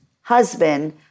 husband